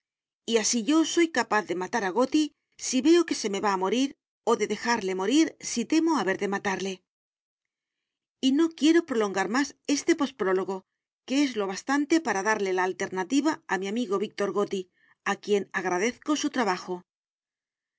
y así yo soy capaz de matar a goti si veo que se me va a morir o de dejarle morir si temo haber de matarle y no quiero prolongar más este post prólogo que es lo bastante para darle la alternativa a mi amigo víctor goti a quien agradezco su trabajo